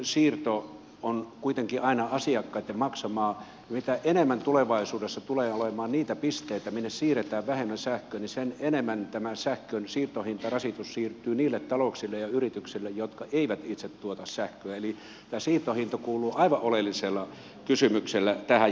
sähkönsiirto on kuitenkin aina asiakkaitten maksamaa ja mitä enemmän tulevaisuudessa tulee olemaan niitä pisteitä minne siirretään vähemmän sähköä niin sitä enemmän tämän sähkön siirtohintarasitus siirtyy niille talouksille ja yrityksille jotka eivät itse tuota sähköä eli tämä siirtohinta kuuluu aivan oleellisena kysymyksenä tähän